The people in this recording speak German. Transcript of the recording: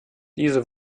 diese